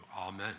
amen